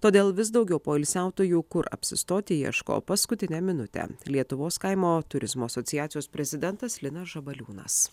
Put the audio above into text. todėl vis daugiau poilsiautojų kur apsistoti ieško paskutinę minutę lietuvos kaimo turizmo asociacijos prezidentas linas žabaliūnas